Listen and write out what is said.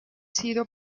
sido